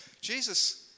Jesus